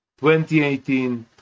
2018